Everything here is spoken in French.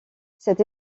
cette